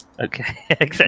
Okay